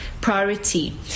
priority